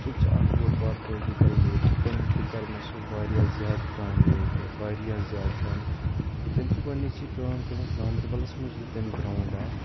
سُہ تہِ چھُ اَکھ بوٚڑ بار پُلٹِکَل لیٖڈَر تٔمۍ تہِ کَرِمَژٕ چھِ واریاہ زیادٕ کامہِ ییٚتہِ واریاہ زیادٕ کامہِ تٔمۍ چھِ گۄڈنِچی کٲم کٔرمٕژ گاندَربَلَس منٛز دیُت تٔمۍ گرٛاوُنٛڈ اَکھ